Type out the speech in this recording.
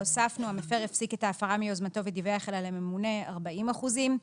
המפר הפסיק את ההפרה מיוזמתו ודיווח עליה לממונה 40 אחוזים.